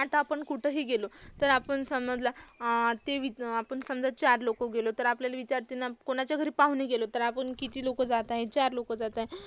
आता आपण कुठेही गेलो तर आपण समजला तेवीस आपण समजा चार लोकं गेलो तर आपल्याला विचारतील ना कोणाच्या घरी पाहुणे गेलो तर आपण किती लोकं जात आहे चार लोकं जात आहे